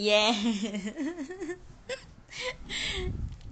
ya